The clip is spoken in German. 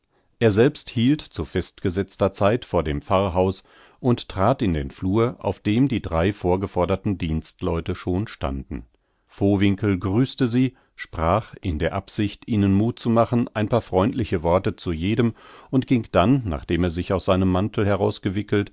er selbst hielt zu festgesetzter zeit vor dem pfarrhaus und trat in den flur auf dem die drei vorgeforderten dienstleute schon standen vowinkel grüßte sie sprach in der absicht ihnen muth zu machen ein paar freundliche worte zu jedem und ging dann nachdem er sich aus seinem mantel